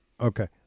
Okay